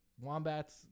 Wombats